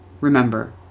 Remember